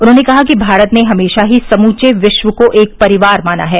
उन्होंने कहा कि भारत ने हमेशा ही समूचे विश्व को एक परिवार माना है